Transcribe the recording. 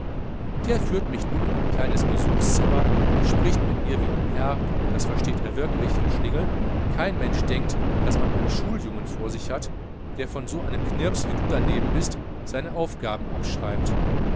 der führt mich nun in einen kleinen salon spricht mit mir wie ein herr das versteht er wirklich der schlingel kein mensch denkt daß man einen schuljungen vor sich hat der von so einem knirps wie du daneben bist seine aufgaben abschreibt